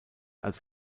als